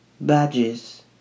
Badges